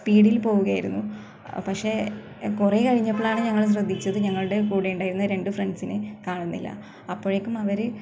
സ്പീഡിൽ പോവുകയായിരുന്നു പക്ഷേ കുറേ കഴിഞ്ഞപ്പോളാണ് ഞങ്ങള് ശ്രദ്ധിച്ചത് ഞങ്ങളുടെ കൂടെ ഉണ്ടായിരുന്ന രണ്ടു ഫ്രണ്ട്സിനെ കാണുന്നില്ല അപ്പോഴേക്കും അവർ